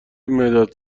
مداد